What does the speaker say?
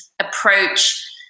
approach